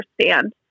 understand